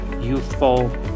youthful